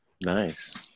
Nice